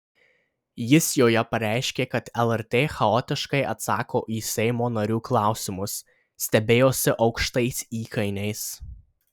jis joje pareiškė kad lrt chaotiškai atsako į seimo narių klausimus stebėjosi aukštais įkainiais